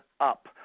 up